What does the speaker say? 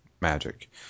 magic